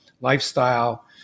Lifestyle